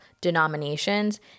denominations